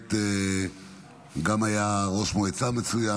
שבאמת היה ראש מועצה מצוין,